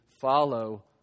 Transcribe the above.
follow